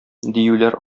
диюләр